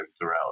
throughout